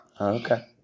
Okay